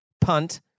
punt